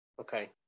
Okay